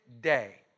day